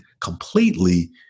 completely